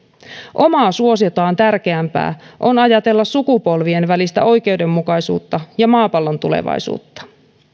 omaa suosiotaan tärkeämpää on ajatella sukupolvien välistä oikeudenmukaisuutta ja maapallon tulevaisuutta